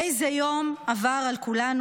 "איזה יום עבר על כולנו.